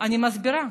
אני מסבירה.